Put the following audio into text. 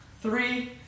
three